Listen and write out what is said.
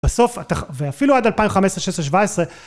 בסוף, ואפילו עד 2015, 2016, 2017.